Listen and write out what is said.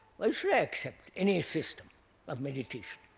why should i accept any system of meditation?